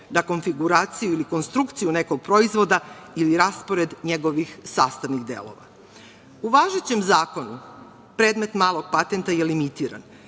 na konfiguraciju ili konstrukciju nekog proizvoda ili raspored njegovih sastavnih delova.U važećem zakonu predmet malog patenta je limitiran.